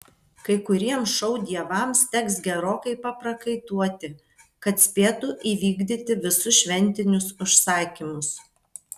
kai kuriems šou dievams teks gerokai paprakaituoti kad spėtų įvykdyti visus šventinius užsakymus